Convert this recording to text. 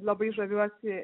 labai žaviuosi